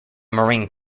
marine